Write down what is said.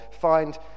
find